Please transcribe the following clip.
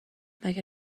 مگه